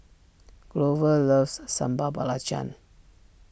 Grover loves Sambal Belacan